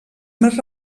més